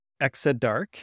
Exadark